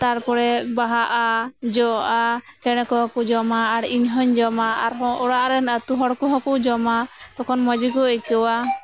ᱛᱟᱨᱯᱚᱨᱮ ᱵᱟᱦᱟᱜᱼᱟ ᱡᱚᱜᱼᱟ ᱪᱮᱬᱮ ᱠᱚᱦᱚᱸ ᱠᱚ ᱡᱚᱢᱟ ᱟᱨ ᱤᱧ ᱦᱚᱸᱧ ᱡᱚᱢᱟ ᱟᱨ ᱦᱚᱸ ᱚᱲᱟᱜ ᱨᱮᱱ ᱟᱹ ᱛᱩ ᱦᱚᱲ ᱠᱚᱦᱚᱸ ᱠᱚ ᱡᱚᱢᱟ ᱛᱚᱠᱷᱚᱱ ᱢᱚᱸᱡᱽ ᱠᱚ ᱟᱹᱭᱠᱟᱹᱣᱟ